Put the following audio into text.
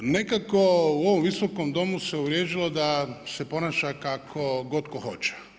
Nekako u ovom Visokom domu se uvriježilo da se ponaša kako god tko hoće.